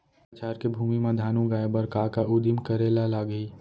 कछार के भूमि मा धान उगाए बर का का उदिम करे ला लागही?